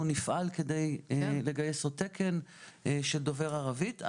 נפעל כדי לגייס עוד תקן של דובר ערבית.